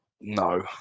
No